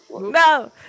No